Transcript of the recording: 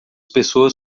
pessoas